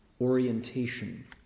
orientation